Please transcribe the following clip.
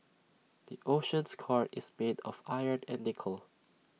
the Earth's core is made of iron and nickel